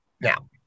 Now